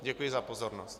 Děkuji za pozornost.